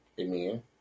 Amen